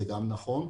זה גם נכון.